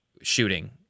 shooting